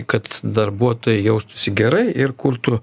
kad darbuotojai jaustųsi gerai ir kurtų